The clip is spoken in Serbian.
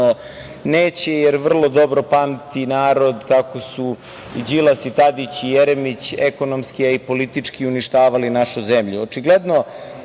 neće, jer vrlo dobro pamti narod kako su Đilas, Tadić i Jeremić, ekonomski, a i politički uništavali našu